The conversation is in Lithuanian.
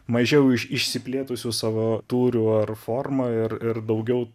mažiau iš išsiplėtusių savo tūriu ar forma ir ir daugiau